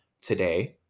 today